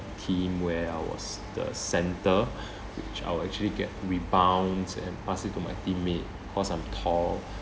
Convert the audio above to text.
team where I was the centre which I'll actually get rebounds and pass it to my teammate cause I'm tall